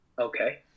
Okay